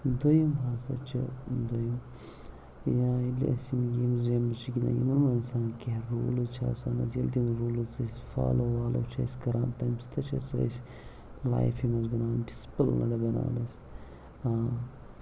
دٔیِم ہسا چھِ دٔیُم یا ییٚلہِ أسۍ یِم گیمٕز ویمٕز چھِ گِندان یِمن منٛز آسان کیٚنٛہہ روٗلٕز چھِ آسان حظ ییٚلہِ تِم روٗلٕز أسۍ فالو والو چھِ أسۍ کران تٔمۍ سۭتۍ چھِ أسۍ لایفہِ منٛز بَنان ڈِسپٕلنٕڈ بَنان أسۍ ہاں